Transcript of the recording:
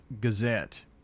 Gazette